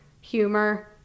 humor